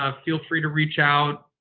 ah feel free to reach out.